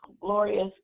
glorious